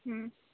હ